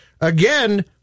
again